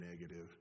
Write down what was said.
negative